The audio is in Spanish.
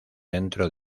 dentro